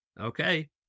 Okay